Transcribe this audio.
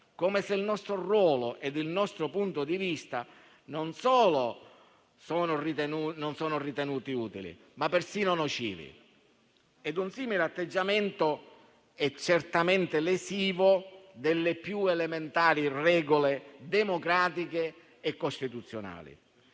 come se il nostro ruolo e il nostro punto di vista fossero ritenuti non solo non utili, ma perfino nocivi. Un simile atteggiamento è certamente lesivo delle più elementari regole democratiche e costituzionali.